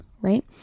right